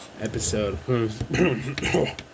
episode